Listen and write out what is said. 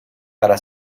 para